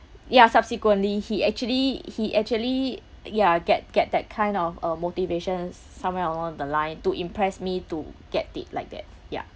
ya subsequently he actually he actually ya get get that kind of uh motivations somewhere along the line to impress me to get it like that ya